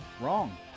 wrong